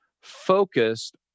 focused